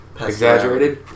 exaggerated